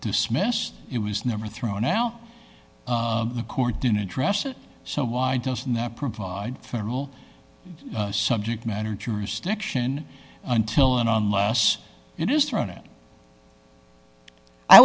dismissed it was never thrown out the court didn't address it so why doesn't that provide federal subject matter jurisdiction until and unless it is thrown at i